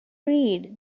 read